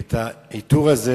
את העיטור הזה,